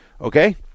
Okay